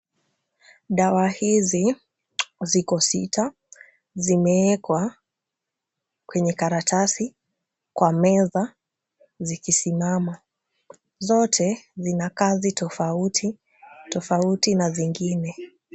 Dawa hizi ziko sita. Zimewekwa kwenye karatasi kwa meza zikisimama . Zote zina kazi tofauti tofauti na vingine.